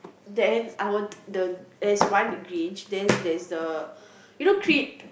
then I want the there's one Grinch then there's the you know Creed